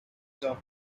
job